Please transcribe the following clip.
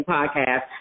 Podcast